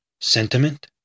Sentiment